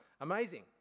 Amazing